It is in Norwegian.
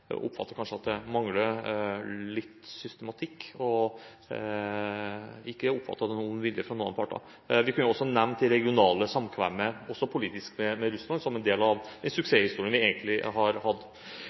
vilje fra noen parter. Vi kunne også nevnt det regionale samkvemmet – også politisk – med Russland som en del av